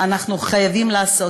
אנחנו חייבים לעשות.